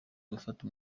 gufata